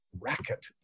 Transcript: racket